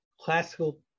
classical